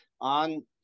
on